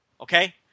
Okay